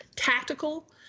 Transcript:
tactical